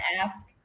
ask